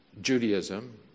Judaism